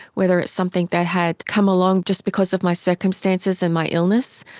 whether it's something that had come along just because of my circumstances and my illness.